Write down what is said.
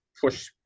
push